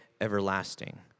everlasting